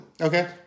Okay